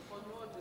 נכון מאוד.